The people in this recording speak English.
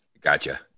Gotcha